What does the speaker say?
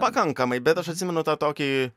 pakankamai bet aš atsimenu tą tokį